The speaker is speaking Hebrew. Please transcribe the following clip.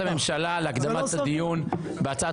נתחיל בבקשת הממשלה להקדמת הדיון בהצעת